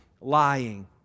lying